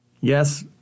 Yes